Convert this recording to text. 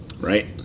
right